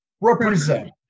Represent